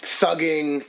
thugging